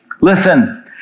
Listen